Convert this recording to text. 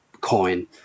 coin